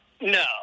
No